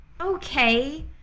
okay